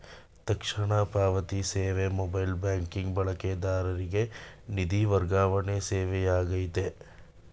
ತಕ್ಷಣ ಪಾವತಿ ಸೇವೆ ಮೊಬೈಲ್ ಬ್ಯಾಂಕಿಂಗ್ ಬಳಕೆದಾರರಿಗೆ ನಿಧಿ ವರ್ಗಾವಣೆ ಸೇವೆಯಾಗೈತೆ